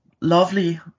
lovely